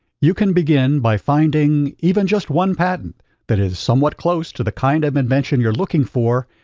you can begin by finding even just one patent that is somewhat close to the kind of invention you're looking for,